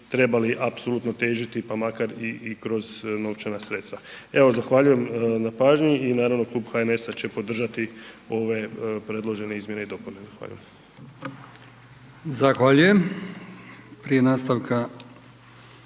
trebali apsolutno težiti pa makar i kroz novčana sredstva. Evo zahvaljujem na pažnji i naravno klub HNS-a će podržati ove predložene izmjene i dopune. Zahvaljujem.